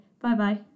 Bye-bye